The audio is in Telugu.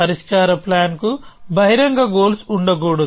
పరిష్కార ప్లాన్ కు బహిరంగ గోల్స్ ఉండకూడదు